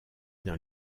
dans